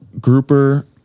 grouper